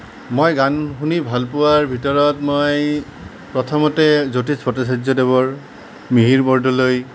মই গান শুনি ভাল পোৱাৰ ভিতৰত মই প্ৰথমতে জ্যোতিষ ভট্টাচাৰ্য্য দেৱৰ মিহিৰ বৰদলৈ